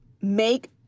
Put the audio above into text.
make